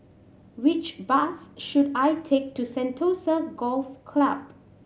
which bus should I take to Sentosa Golf Club